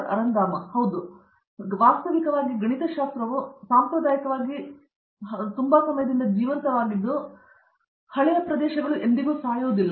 ಅರಂದಾಮ ಸಿಂಗ್ ಹೌದು ಸಾಮಾನ್ಯವಾದ ಗಣಿತಶಾಸ್ತ್ರವು ವಾಸ್ತವಿಕವಾಗಿ ಸಾಂಪ್ರದಾಯಿಕವಾಗಿ ಜೀವಂತವಾಗಿದ್ದು ಹಳೆಯ ಪ್ರದೇಶಗಳು ಎಂದಿಗೂ ಸಾಯುವುದಿಲ್ಲ